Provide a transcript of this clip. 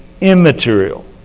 immaterial